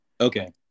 okay